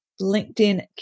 LinkedIn